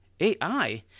AI